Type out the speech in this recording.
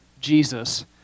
Jesus